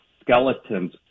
skeletons